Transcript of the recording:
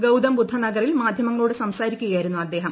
ഗൌതം ബുദ്ധനഗറിൽ മാധ്യമങ്ങളോട് സംസാരിക്കുകയായിരുന്നു അദ്ദേഹം